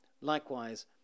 Likewise